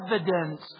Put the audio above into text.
evidence